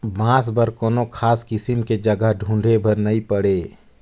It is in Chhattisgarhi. बांस बर कोनो खास किसम के जघा ढूंढे बर नई पड़े